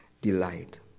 Delight